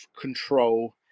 control